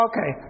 okay